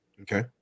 Okay